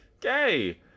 gay